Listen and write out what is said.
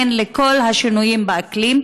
גוף ממשלתי שמתכונן לכל השינויים באקלים?